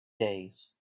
days